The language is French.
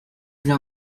viens